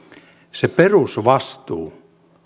se perusvastuu